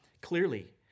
clearly